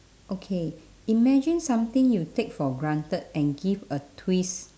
okay imagine something you take for granted and give a twist